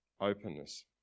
openness